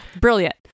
Brilliant